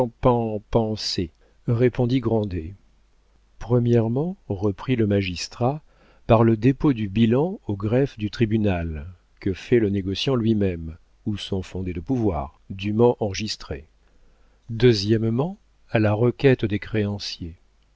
répondit grandet premièrement reprit le magistrat par le dépôt du bilan au greffe du tribunal que fait le négociant lui-même ou son fondé de pouvoirs dûment enregistré deuxièmement à la requête des créanciers